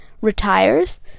retires